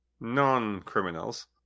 non-criminals